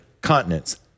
continents